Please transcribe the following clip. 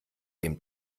dem